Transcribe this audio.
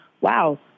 wow